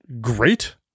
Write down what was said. Great